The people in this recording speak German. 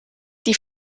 die